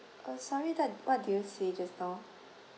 uh sorry that what did you say just now